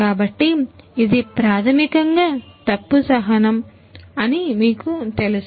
కాబట్టి ఇది ప్రాథమికంగా తప్పు సహనం అని మీకు తెలుసు